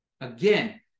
again